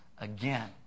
again